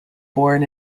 born